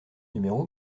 numéro